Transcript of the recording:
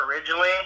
originally